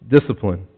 Discipline